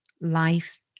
life